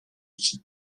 için